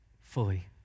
fully